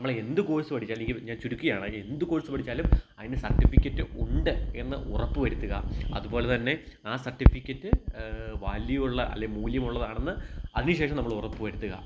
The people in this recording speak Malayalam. നമ്മള് എന്ത് കോഴ്സ് പഠിച്ചാലും ഈ ഞാൻ ചുരുക്കിയാണ് എന്ത് കോഴ്സ് പഠിച്ചാലും അതിനു സർട്ടിഫിക്കറ്റ് ഉണ്ട് എന്ന് ഉറപ്പുവരുത്തുക അതുപോലെതന്നെ ആ സർട്ടിഫിക്കറ്റ് വാല്യൂ ഉള്ള അല്ലേ മൂല്യമുള്ളതാണെന്ന് അതിനുശേഷം നമ്മൾ ഉറപ്പുവരുത്തുക